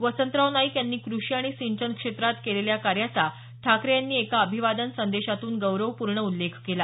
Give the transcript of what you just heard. वसंतराव नाईक यांनी कृषी आणि सिंचन क्षेत्रात केलेल्या कार्याचा ठाकरे यांनी एका अभिवादन संदेशातून गौरवपूर्ण उल्लेख केला